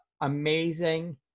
amazing